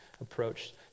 approach